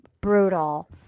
brutal